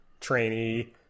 trainee